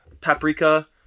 paprika